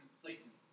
complacent